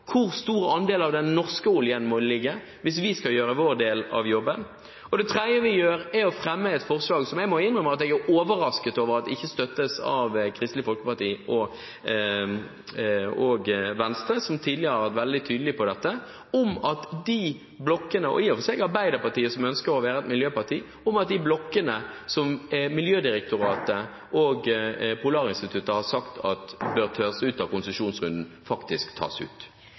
hvor stor andel av den norske oljen som må ligge hvis vi skal gjøre vår del av jobben. Det tredje vi gjør, er å fremme et forslag – som jeg må innrømme at jeg er overrasket over at ikke støttes av Kristelig Folkeparti og Venstre, som tidligere har vært veldig tydelige på dette, og i og for seg også Arbeiderpartiet, som ønsker å være et miljøparti – om at de blokkene som Miljødirektoratet og Polarinstituttet har sagt at bør tas ut av konsesjonsrunden, faktisk tas ut.